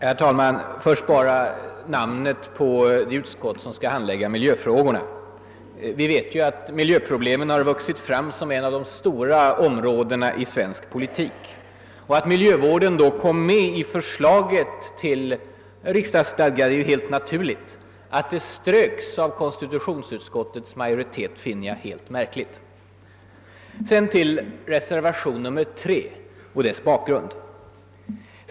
Herr talman! Först några ord om namnet på det utskott som skall handlägga bl.a. miljöfrågorna. Miljöproblemen har ju vuxit fram som ett av de stora områdena i svensk politik. Att miljövården kom med i utskottsnamnet enligt kansliutkastet till riksdagsstadga är bara naturligt. Men att den sedan ströks av konstitutionsutskottets majoritet finner jag märkligt. Därefter går jag över till reservationen 3 och dess bakgrund.